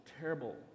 terrible